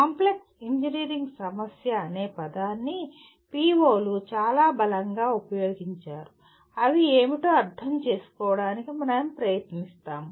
complex engineering సమస్య అనే పదాన్ని పిఒలు చాలా బలంగా ఉపయోగించారు అవి ఏమిటో అర్థం చేసుకోవడానికి మనం ప్రయత్నిస్తాము